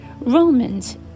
Romans